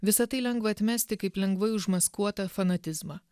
visa tai lengva atmesti kaip lengvai užmaskuotą fanatizmą